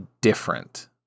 different